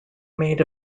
made